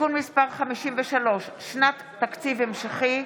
(תיקון מס' 53) (שנת תקציב המשכי),